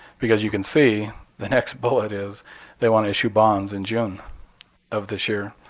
because you can see the next bullet is they want to issue bonds in june of this year,